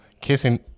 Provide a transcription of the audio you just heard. kissing